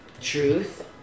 Truth